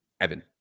Evan